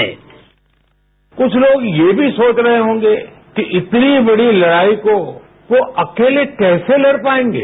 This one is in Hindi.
बाईट कुछ लोग ये भी सोच रहे होंगे कि इतनी बड़ी लड़ाई को वो अकेले कैसे लड़ पाएंगे